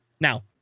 Now